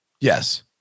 Yes